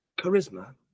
charisma